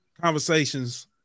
conversations